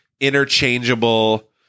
interchangeable